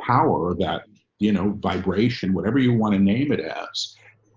power that you know, vibration, whatever you want to name it as